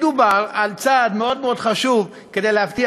מדובר על צעד מאוד מאוד חשוב כדי להבטיח